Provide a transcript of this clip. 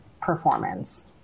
performance